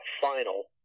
Final